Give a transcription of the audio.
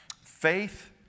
Faith